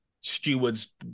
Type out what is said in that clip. stewards